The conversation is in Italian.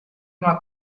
una